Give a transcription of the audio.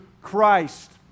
Christ